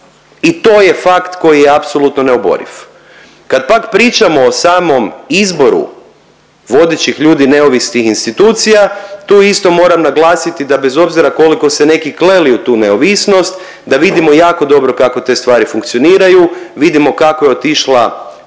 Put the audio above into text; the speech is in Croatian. i to je fakt koji je apsolutno neoboriv. Kad pak pričamo o samom izboru vodećih ljudi neovisnih institucija tu isto moram naglasiti da bez obzira koliko se neki kleli u tu neovisnost da vidimo jako dobro kako te stvari funkcioniraju, vidimo kako je otišla